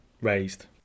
raised